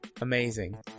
Amazing